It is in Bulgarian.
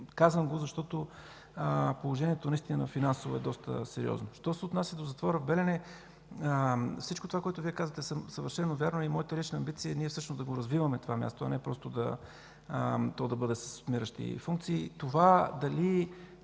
Казвам го, защото финансовото положение наистина е доста сериозно. Що се отнася до затвора в Белене всичко това, което Вие казахте, е съвършено вярно и моята лична амбиция е да го развиваме това място, а не просто то да бъде с отмиращи функции. Това дали